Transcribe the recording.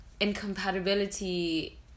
incompatibility